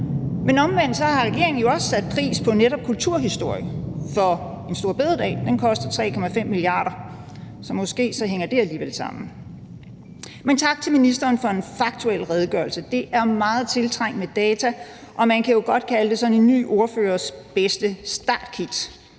men omvendt har regeringen jo også sat pris på netop kulturhistorien, for en store bededag koster 3,5 mia. kr., så måske hænger dét alligevel sammen. Men tak til ministeren for en faktuel redegørelse. Det er meget tiltrængt med data, og man kan jo godt kalde det sådan en ny ordførers bedste startkit.